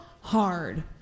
hard